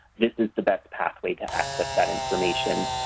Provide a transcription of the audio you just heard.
this is the best pathway to access that information.